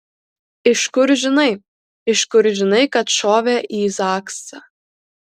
iš kur žinai iš kur žinai kad šovė į zaksą